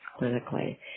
clinically